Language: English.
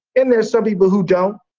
and there are some people who don't.